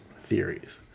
theories